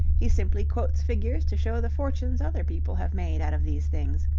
he simply quotes figures to show the fortunes other people have made out of these things.